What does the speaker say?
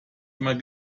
immer